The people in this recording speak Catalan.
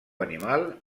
animal